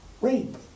rape